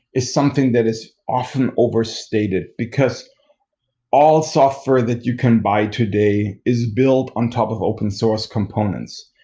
is something that is often overstated, because all software that you can buy today is built on top of open source components.